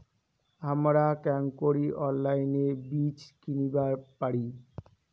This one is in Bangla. হামরা কেঙকরি অনলাইনে বীজ কিনিবার পারি?